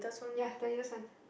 ya the latest one